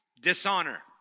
Dishonor